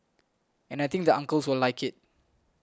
and I think the uncles will like it